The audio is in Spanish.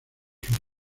sus